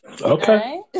Okay